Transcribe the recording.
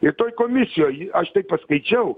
ir toj komisijoj aš tai paskaičiau